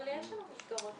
אבל יש לנו מסגרות בתוך הקהילה.